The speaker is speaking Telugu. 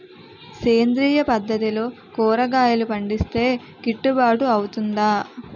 సేంద్రీయ పద్దతిలో కూరగాయలు పండిస్తే కిట్టుబాటు అవుతుందా?